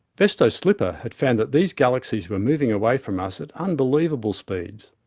vesto sliper had found that these galaxies were moving away from us at unbelievable speeds.